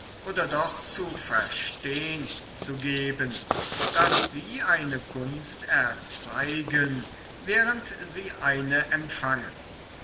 oder doch zu verstehn zu geben daß sie eine gunst erzeigen während sie eine empfangen